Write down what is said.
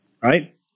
Right